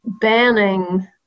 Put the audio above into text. banning